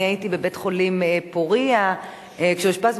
אני הייתי בבית-החולים "פורייה" כשאושפזתי,